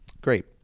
Great